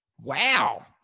wow